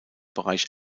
bereich